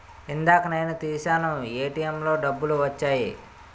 ఇందాక నేను తీశాను ఏటీఎంలో డబ్బులు వచ్చాయి